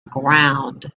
ground